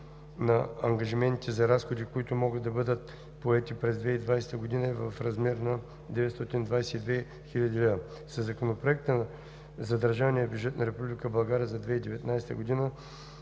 на ангажиментите за разходи, които могат да бъдат поети през 2020 г., е в размер на 922,5 хил. лв. Със Законопроекта за държавния бюджет на Република България за 2019 г. за